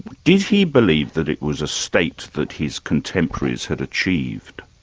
did he believe that it was a state that his contemporaries had achieved?